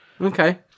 Okay